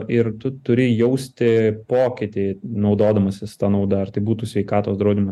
ir tu turi jausti pokytį naudodamasis ta nauda ar tai būtų sveikatos draudimas